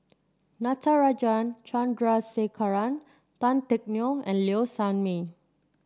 Natarajan Chandrasekaran Tan Teck Neo and Low Sanmay